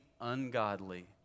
ungodly